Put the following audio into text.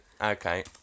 Okay